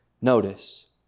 Notice